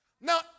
Now